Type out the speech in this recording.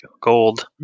Gold